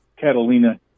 Catalina